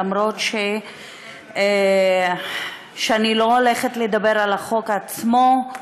למרות שאני לא הולכת לדבר על החוק עצמו.